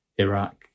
Iraq